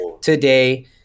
today